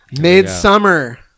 Midsummer